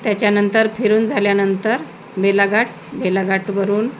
त्याच्यानंतर फिरून झाल्यानंतर बालाघाट बालाघाटवरून